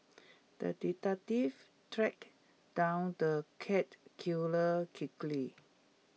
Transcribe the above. the detective tracked down the cat killer quickly